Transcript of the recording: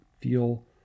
feel